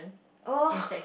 oh